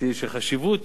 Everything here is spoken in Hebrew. יסכים אתי, שחשיבות